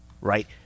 right